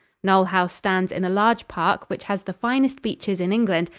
knole house stands in a large park, which has the finest beeches in england,